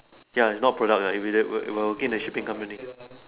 ya is not product lah if it's we're we're work in a shipping company